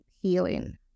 healing